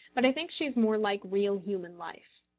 but i think she is more like real human life.